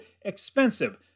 expensive